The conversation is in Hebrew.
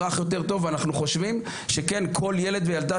מ-0.2%.